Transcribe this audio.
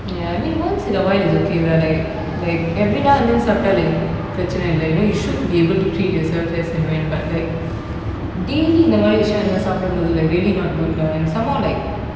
ya I mean once in a while is okay lah like like every now and then பிரச்னையில்லை you know you should be able to treat yourself as and when but like daily இந்த மாதிரி விஷம்லாம் சாப்பிடும் போது:intha mathiri visham lam sapidum pothu like really not good lah and some more like